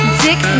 dick